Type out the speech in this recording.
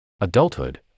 adulthood